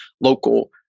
local